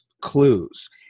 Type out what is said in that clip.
clues